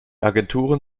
agenturen